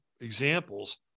examples